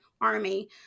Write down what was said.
Army